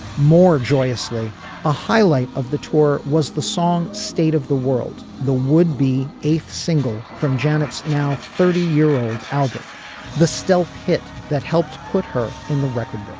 more joyously a highlight of the tour was the song state of the world the would be a single from janet's now thirty year old album the stealth hit that helped put her in the record